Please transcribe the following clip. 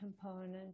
component